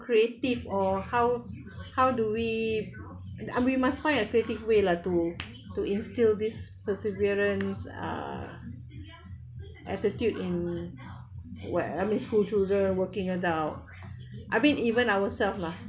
creative or how how do we uh we must find a creative way lah to to instill this perseverance uh attitude in where I mean schoolchildren working adult I mean even ourselves lah